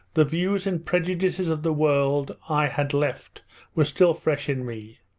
the views and prejudices of the world i had left were still fresh in me.